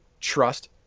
trust